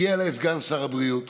הגיע אליי סגן שר הבריאות